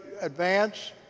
advance